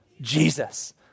Jesus